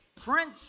Prince